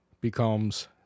becomes